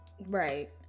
right